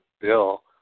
Bill